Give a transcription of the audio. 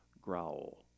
growl